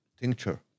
Tincture